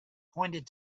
pointed